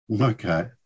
Okay